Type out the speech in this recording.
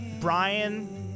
Brian